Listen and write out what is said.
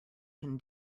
can